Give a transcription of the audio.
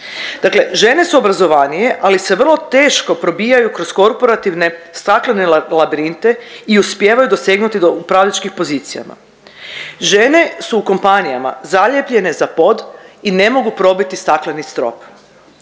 žene su obrazovanije, ali se vrlo teško probijaju kroz korporativne staklene labirinte i uspijevaju dosegnuti do upravljačkih pozicija. Žene su u kompanijama zalijepljene za pod i ne mogu probiti stakleni strop.